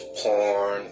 porn